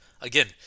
again